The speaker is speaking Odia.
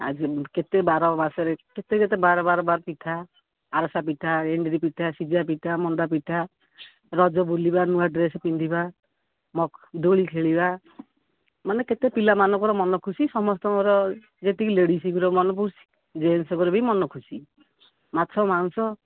କେତେ ବାର ମାସରେ କେତେ କେତୋର ବାର ବାର ପିଠା ଆରିସା ପିଠା ଏଣ୍ଡୁରି ପିଠା ସିଝା ପିଠା ମଣ୍ଡା ପିଠା ରଜ ବୁଲିବା ନୂଆ ଡ୍ରେସ୍ ପିନ୍ଧିବା ମ ଦୋଳି ଖେଳିବା ମାନେ କେତେ ପିଲାମାନଙ୍କର ମନ ଖୁସି ସମସ୍ତଙ୍କର ଯେତିକି ଲେଡ଼ିଜ୍ଙ୍କର ମନ ଖୁସି ଜେଣ୍ଟ୍ସ୍ଙ୍କର ବି ମନ ଖୁସି ମାଛ ମାଂସ